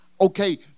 okay